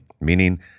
meaning